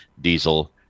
diesel